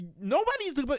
nobody's